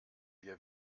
wir